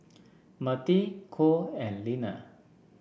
Mirtie Cole and Leaner